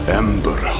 ember